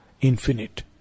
infinite